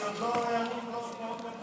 כי עוד לא גמרו כאן.